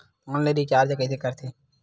Online recharge कइसे करथे?